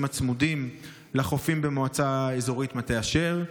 הצמודים לחופים במועצה אזורית מטה אשר?